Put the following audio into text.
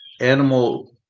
animal